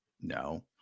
No